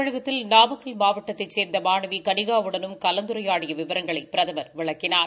தமிழகத்தில் நாமக்கல் மாவட்டத்தைச் சேர்ந்த மாணவி களிகா வுடனும் கலந்துரையாடிய விவரங்களை பிரதமர் விளக்கினார்